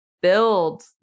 build